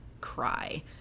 cry